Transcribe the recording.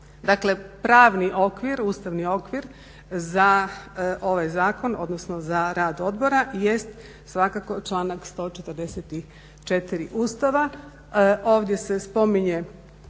Dakle pravni okvir, ustavni okvir za ovaj zakon, odnosno za rad odbora jest svakako članak 144. Ustava. Ovdje se spominje